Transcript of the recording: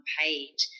page